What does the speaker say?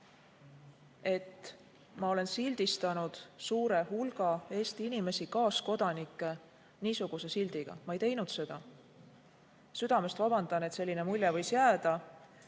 et ma olen sildistanud suure hulga Eesti inimesi, kaaskodanikke niisuguse sildiga. Ma ei teinud seda. Südamest vabandan, et selline mulje võis jääda.